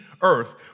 earth